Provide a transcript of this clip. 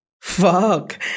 Fuck